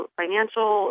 financial